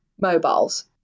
mobiles